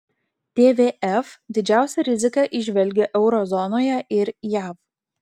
tvf didžiausią riziką įžvelgia euro zonoje ir jav